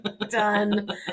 Done